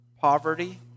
poverty